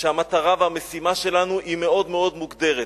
והמטרה והמשימה שלנו היא מאוד מוגדרת,